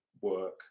work